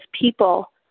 people